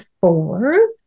four